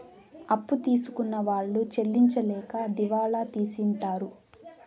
అప్పు తీసుకున్న వాళ్ళు చెల్లించలేక దివాళా తీసింటారు